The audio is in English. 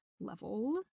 level